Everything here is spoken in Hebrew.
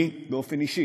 אני, באופן אישי,